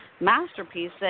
masterpiece